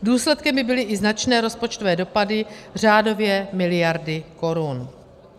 Důsledkem by byly i značné rozpočtové dopady, řádově miliardy korun.